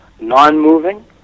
non-moving